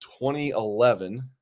2011